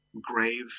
grave